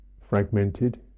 fragmented